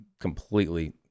completely